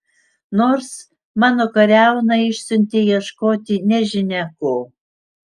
nors mano kariauną išsiuntei ieškoti nežinia ko